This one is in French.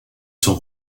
son